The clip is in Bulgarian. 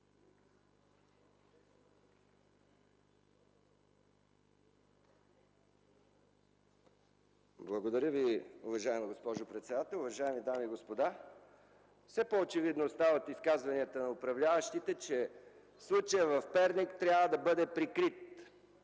Благодаря Ви, уважаема госпожо председател. Уважаеми дами и господа, все по-очевидно става от изказванията на управляващите, че случаят в Перник трябва да бъде прикрит